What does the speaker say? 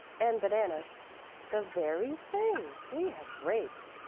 and bananas the very thing! we have grapes.